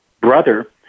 brother